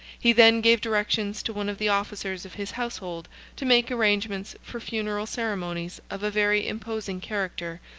he then gave directions to one of the officers of his household to make arrangements for funeral ceremonies of a very imposing character,